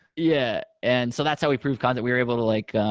yeah. and so that's how we proved content. we were able to like